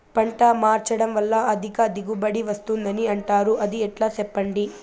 పంట మార్చడం వల్ల అధిక దిగుబడి వస్తుందని అంటారు అది ఎట్లా సెప్పండి